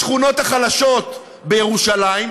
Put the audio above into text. בשכונות החלשות בירושלים,